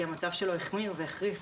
כי המצב שלו החמיר והחריף,